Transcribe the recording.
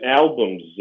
albums